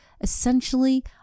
essentially